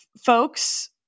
Folks